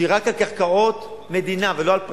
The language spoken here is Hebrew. שהיא רק על קרקעות מדינה ולא על פרטי,